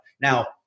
Now